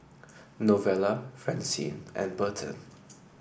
Novella Francine and Berton